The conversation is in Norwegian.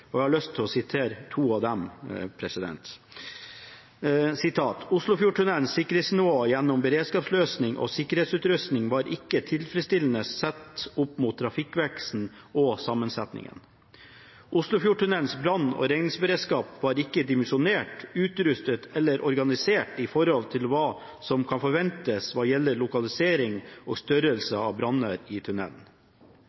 røyken. Jeg har lyst til å sitere to av disse problemene: «Oslofjordtunnelens sikkerhetsnivå gjennom beredskapsløsning og sikkerhetsutrustning var ikke tilfredsstillende sett opp mot trafikkveksten og -sammensetningen.» Og videre: «Oslofjordtunnelens brann- og redningsberedskap var ikke dimensjonert, utrustet eller organisert i forhold til hva som kan forventes hva gjelder lokalisering og størrelse